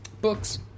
Books